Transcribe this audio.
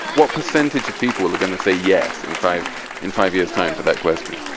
what percentage of people are going to say, yes, in five in five years' time to that question?